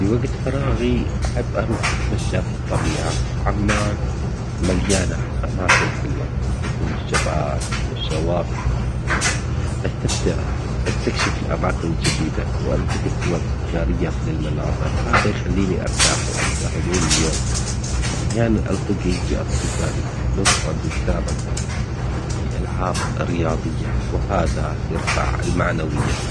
في وقت فراغي أحب أروح أتمشى في الطبيعة عمان مليانة أماكن حلوة، مثل الجبل والشواطئ أستمتع أستكشف الأماكن الجديدة وألتقط صور تذكارية للمناظر، هذا يخليني أرتاح وأنسى هموم اليوم، أحياناً ألتقي بأصدقائي ونقعد نتسابق في ألعاب رياضية وهذا يرفع المعنويات.